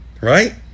Right